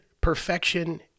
perfection